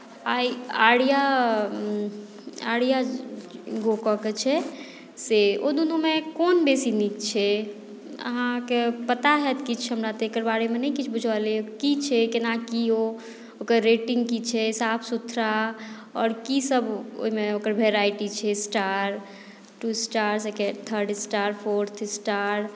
आर्या आर्या गो कऽ कऽ छै से ओ दुनूमे कोन बेसी नीक छै अहाँकेँ पता होयत किछु हमरा तऽ एकर बारेमे नहि किछ बुझल अइ की छै केना की ओ ओकर रेटिंग की छै साफ सुथड़ा आओर कीसभ ओहिमे ओकर वेराइटी छै star two star third star fourth star